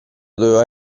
doveva